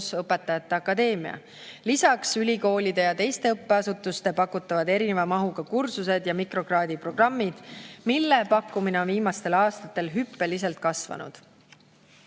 õpetajate akadeemia. Lisaks on ülikoolide ja teiste õppeasutuste pakutavad erineva mahuga kursused ja mikrokraadi programmid, mille pakkumine on viimastel aastatel hüppeliselt kasvanud.